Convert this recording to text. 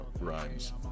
rhymes